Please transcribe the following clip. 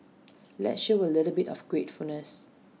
let's show A little bit of gratefulness